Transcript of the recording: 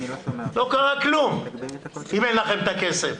לא קרה כלום אם אין לכם את הכסף.